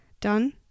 done